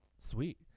Sweet